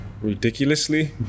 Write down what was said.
ridiculously